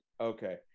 okay